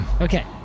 Okay